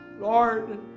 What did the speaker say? Lord